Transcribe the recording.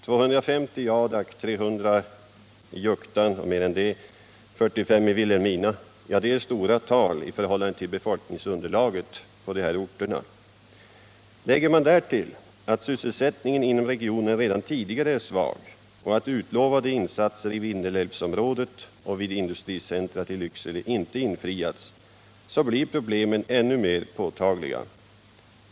250 i Adak, mer än 300 i Juktan och 45 i Vilhelmina är stora tal i förhållande till befolkningsunderlaget på dessa orter. Lägger man därtill att sysselsättningen inom regionen redan tidigare är svag och att löften om insatser i Vindelälvsområdet och vid industricentret i Lycksele inte infriats, så blir problemen ännu mer påtagliga.